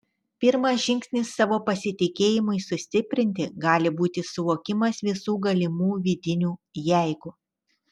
pirmas žingsnis savo pasitikėjimui sustiprinti gali būti suvokimas visų galimų vidinių jeigu